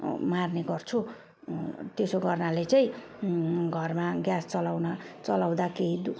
मार्ने गर्छु त्यसो गर्नाले चाहिँ घरमा ग्यास चलाउन चलाउँदा केही दु